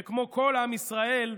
וכמו כל עם ישראל,